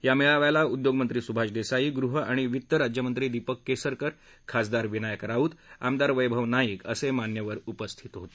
या मेळाव्याला उद्योग महीी सुभाष देसाई गृह आणि वित्त राज्यमहीी दीपक केसरकर खासदार विनायक राऊत आमदार वैभव नाईक असे मान्यवर उपस्थित होते